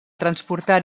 transportar